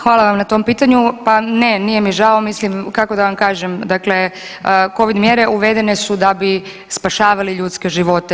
Hvala vam na tom pitanju, pa ne nije mi žao, mislim kako da vam kažem, dakle covid mjere uvedene su da bi spašavali ljudske živote.